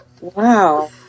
wow